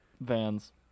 Vans